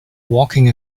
walking